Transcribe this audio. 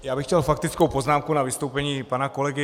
Já bych měl faktickou poznámku k vystoupení pana kolegy.